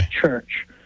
Church